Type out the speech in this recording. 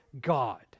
God